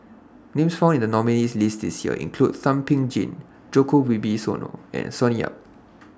Names found in The nominees' list This Year include Thum Ping Tjin Djoko Wibisono and Sonny Yap